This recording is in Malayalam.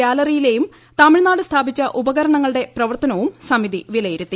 ഗ്യാലറിയിലേയും തമിഴ്നാട് സ്ഥാപിച്ച ഡാമിലെയും ഉപകരണങ്ങളുടെ പ്രവർത്തനവും സമിതി വിലയിരുത്തി